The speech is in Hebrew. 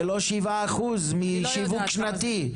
זה לא 7% משיווק שנתי.